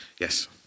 Yes